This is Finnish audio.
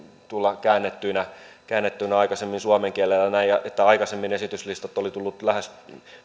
tulla käännettyinä käännettyinä suomen kielellä ja näin aikaisemmin esityslistat olivat tulleet lähes